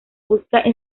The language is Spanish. busca